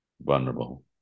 vulnerable